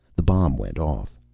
the bomb went off.